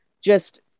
just-